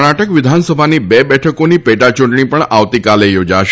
કર્ણાટક વિધાનસભાની બે બેઠકોની પેટાયૂંટણી પણ આવતીકાલે યોજાશે